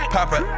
Papa